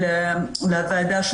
לחלק הזה,